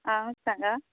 आं सांगा